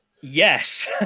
Yes